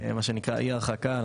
שנקרא אי הרחקה,